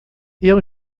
ele